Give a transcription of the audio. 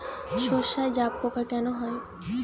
সর্ষায় জাবপোকা কেন হয়?